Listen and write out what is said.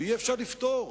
ואי-אפשר לפטור,